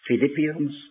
Philippians